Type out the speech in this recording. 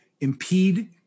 impede